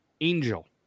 angel